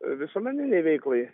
visuomeninei veiklai